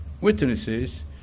witnesses